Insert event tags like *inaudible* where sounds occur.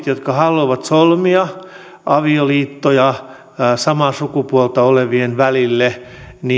*unintelligible* jotka haluavat solmia avioliittoja samaa sukupuolta olevien välille